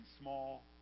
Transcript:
small